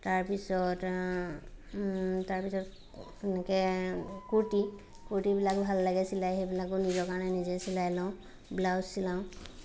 তাৰপিছত তাৰপিছত তেনেকৈ কূৰ্টী কূৰ্টীবিলাক ভাল লাগে চিলাই সেইবিলাকো নিজৰ কাৰণে নিজে চিলাই লওঁ ব্লাউজ চিলাওঁ